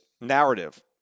narrative